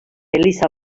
eliza